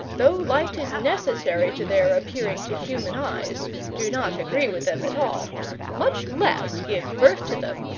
though light is necessary to their appearing to human eyes, do not agree with them at all much less give birth to them,